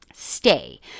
stay